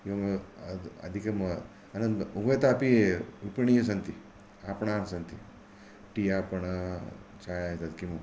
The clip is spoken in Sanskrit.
एवमेव अधि अधिकम् अनन्तरम् उभयतः अपि विपणिः सन्ति आपणाः सन्ति टि आपणा चाय् एतद् किं